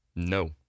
No